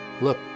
look